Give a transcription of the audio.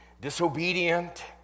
disobedient